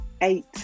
eight